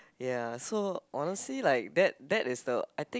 ya so honestly like that that is the I think